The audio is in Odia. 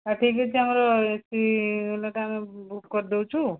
ହଁ ଠିକ ଅଛି ଆମର ଏ ସି ବାଲାଟା ଆମେ ବୁକ୍ କରିଦେଉଛୁ